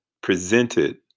presented